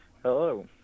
Hello